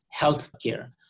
healthcare